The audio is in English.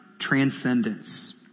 transcendence